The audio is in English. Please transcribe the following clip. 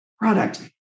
product